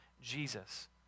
Jesus